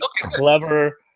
clever